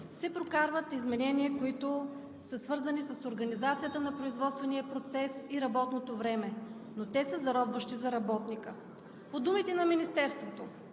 се прокарват изменения, които са свързани с организацията на производствения процес и работното време, но те са заробващи за работника. (Шум и реплики.) По думите на Министерството